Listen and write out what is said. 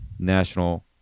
national